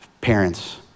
Parents